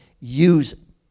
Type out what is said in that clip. use